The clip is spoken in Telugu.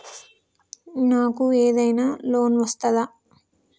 నాకు ఏదైనా లోన్ వస్తదా?